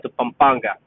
Pampanga